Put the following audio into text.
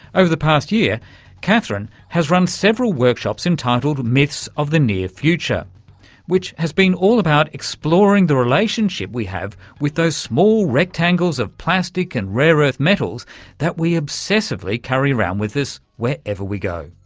over the past year katherine has run several workshops entitled myths of the near future which has been all about exploring the relationship we have with those small rectangles of plastic and rare-earth metals that we obsessively carry around with us wherever we go.